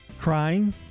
Crying